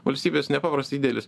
valstybės nepaprastai didelis